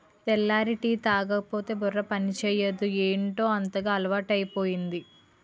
తెల్లారి టీ తాగకపోతే బుర్ర పనిచేయదు ఏటౌ అంతగా అలవాటైపోయింది